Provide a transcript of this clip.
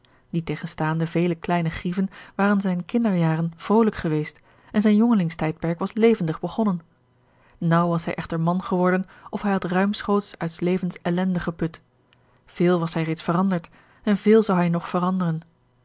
niettegenstaande vele kleine grieven waren zijne kinderjaren vrolijk geweest en zijn jongelingstijdperk was levendig begonnen naauw was hij echter man geworden of hij had ruimschoots uit s levens ellende geput veel was hij reeds veranderd en veel zou hij nog veranderen